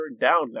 down